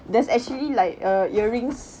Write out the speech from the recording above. there's actually like err earrings